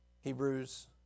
Hebrews